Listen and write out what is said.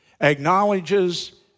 acknowledges